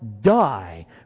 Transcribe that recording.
die